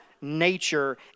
nature